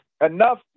enough